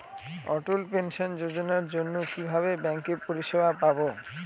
অটল pension যোজনার জন্য কিভাবে ব্যাঙ্কে পরিষেবা পাবো?